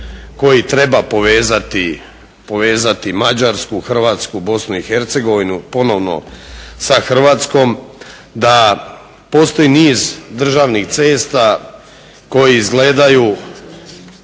koji treba povezati Mađarsku, Hrvatsku, BiH ponovno sa Hrvatskom, da postoji niz državnih cesta koje izgledaju